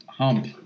Hump